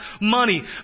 money